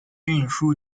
运输